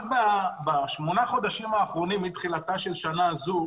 רק בשמונה החודשים האחרונים מתחילתה שנה זו,